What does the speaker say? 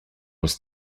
was